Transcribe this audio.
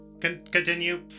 Continue